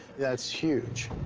that's huge.